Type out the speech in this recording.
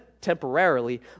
temporarily